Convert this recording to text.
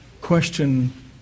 question